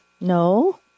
No